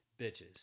bitches